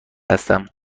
هستم